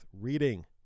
reading